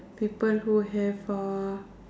people who have uh